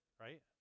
right